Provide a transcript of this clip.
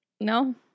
no